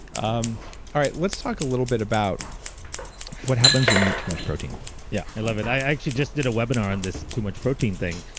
um all right. let's talk a little bit about what happens when you eat too much protein yeah. i love it. i actually just did a webinar on this too much protein thing.